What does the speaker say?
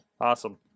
Awesome